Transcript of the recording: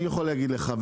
אני יכול להגיד לך,